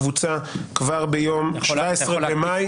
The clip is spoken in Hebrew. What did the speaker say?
בקבוצה כבר ביום 17 במאי.